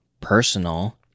personal